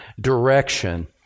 direction